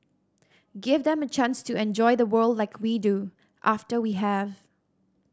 give them a chance to enjoy the world like we do after we have